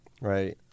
right